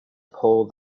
pull